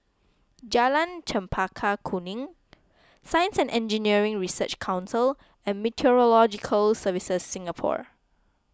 Jalan Chempaka Kuning Science and Engineering Research Council and Meteorological Services Singapore